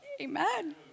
Amen